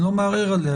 אני לא מערער עליה,